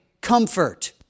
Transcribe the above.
comfort